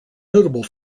notable